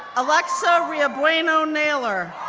alexa riobueno-naylor,